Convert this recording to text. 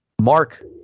Mark